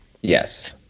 Yes